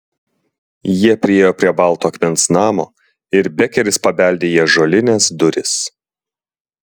jie priėjo prie balto akmens namo ir bekeris pabeldė į ąžuolines duris